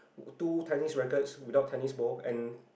two tennis rackets without tennis ball and